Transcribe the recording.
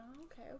okay